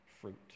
fruit